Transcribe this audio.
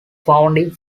founding